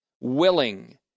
willing